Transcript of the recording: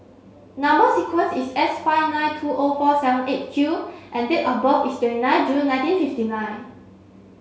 number sequence is S five nine two O four seven eight Q and date of birth is twenty nine June nineteen fifty nine